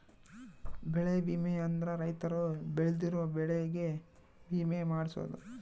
ಬೆಳೆ ವಿಮೆ ಅಂದ್ರ ರೈತರು ಬೆಳ್ದಿರೋ ಬೆಳೆ ಗೆ ವಿಮೆ ಮಾಡ್ಸೊದು